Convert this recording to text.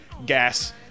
Gas